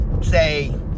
say